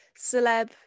celeb